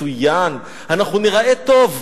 אנחנו ניראה טוב,